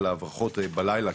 הפרקליטות?